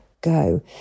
go